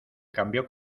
cambió